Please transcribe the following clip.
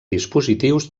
dispositius